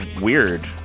weird